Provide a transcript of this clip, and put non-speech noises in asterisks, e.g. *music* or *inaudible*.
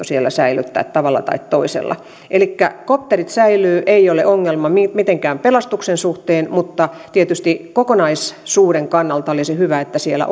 *unintelligible* siellä säilyttää tavalla tai toisella elikkä kopterit säilyvät eikä ole ongelmaa mitenkään pelastuksen suhteen mutta tietysti kokonaisuuden kannalta olisi hyvä että siellä *unintelligible*